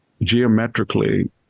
geometrically